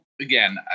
again